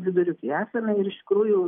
viduriuky esame ir iš tikrųjų